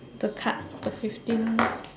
the card the fifteen